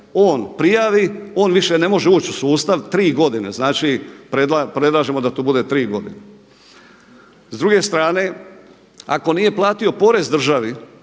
on prijavi on više ne može uči u sustav 3 godine. Znači predlažemo da to bude 3 godine. S druge strane, ako nije platio porez državi,